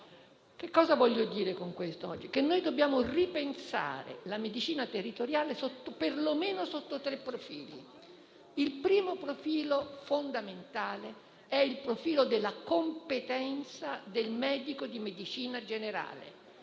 Cosa voglio dire con questo oggi? Noi dobbiamo ripensare la medicina territoriale, perlomeno sotto tre profili. Il primo profilo fondamentale è quello della competenza del medico di medicina generale.